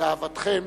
גאוותכם